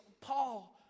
Paul